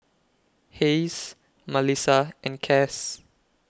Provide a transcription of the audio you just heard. Hayes Malissa and Cass